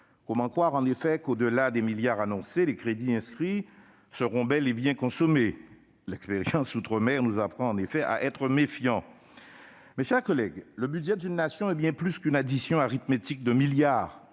comment croire en effet que, au-delà des milliards annoncés, les crédits inscrits seront bel et bien consommés ? L'expérience vécue outre-mer nous apprend en effet à être méfiants. Mes chers collègues, le budget d'une nation est bien plus qu'une addition arithmétique de milliards.